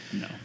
No